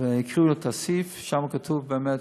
הקריאו לו את הסעיף, שם כתוב באמת